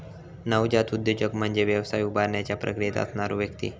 नवजात उद्योजक म्हणजे व्यवसाय उभारण्याच्या प्रक्रियेत असणारो व्यक्ती